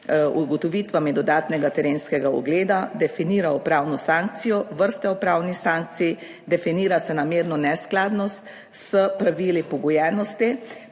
ugotovitvami dodatnega terenskega ugleda, definira upravno sankcijo, vrste upravnih sankcij, definira se namerno neskladnost s pravili pogojenosti,